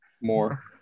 More